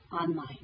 online